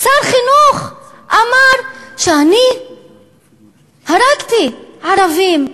שר החינוך אמר: אני הרגתי ערבים,